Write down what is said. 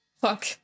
Fuck